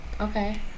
Okay